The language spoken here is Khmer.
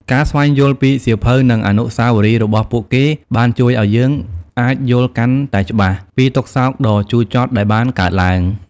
ការស្វែងយល់ពីសៀវភៅ និងអនុស្សាវរីយ៍របស់ពួកគេបានជួយឲ្យយើងអាចយល់កាន់តែច្បាស់ពីទុក្ខសោកដ៏ជូរចត់ដែលបានកើតឡើង។